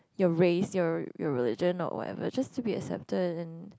you race your your religion or whatever just to be accepted and